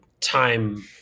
time